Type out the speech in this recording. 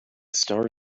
star